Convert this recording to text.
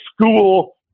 school